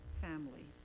family